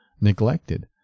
neglected